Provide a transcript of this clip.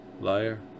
liar